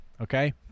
okay